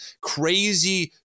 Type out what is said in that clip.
crazy